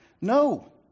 No